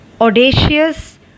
audacious